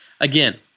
Again